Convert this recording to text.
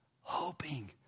hoping